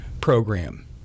program